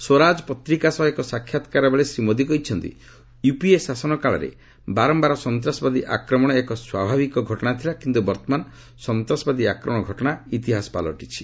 ସ୍ୱରାଜ ପତ୍ରିକା ସହ ଏକ ସାକ୍ଷାତ କଲାବେଳେ ଶ୍ରୀ ମୋଦି କହିଛନ୍ତି ୟୁପିଏ ଶାସନ କାଳରେ ବାରମ୍ଭାର ସନ୍ତାସବାଦୀ ଆକ୍ରମଣ ଏକ ସ୍ୱାଭାବିକ ଘଟଣା ଥିଲା କିନ୍ତୁ ବର୍ତ୍ତମାନ ସନ୍ତାସବାଦୀ ଆକ୍ରମଣ ଘଟଣା ଇତିହାସ ପାଲଟିଛି